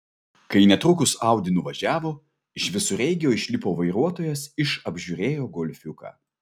kai netrukus audi nuvažiavo iš visureigio išlipo vairuotojas iš apžiūrėjo golfiuką